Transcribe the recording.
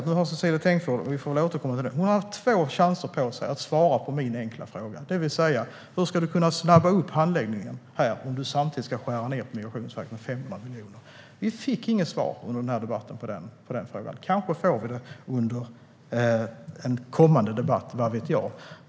Nu har Cecilie Tenfjord-Toftby haft två chanser på sig att svara på min enkla fråga: Hur ska du kunna snabba upp handläggningen om du samtidigt ska skära ned på Migrationsverket med 500 miljoner? Vi fick inget svar under den här debatten på den frågan. Kanske får vi det under en kommande debatt, vad vet jag.